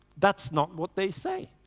that's not what they say.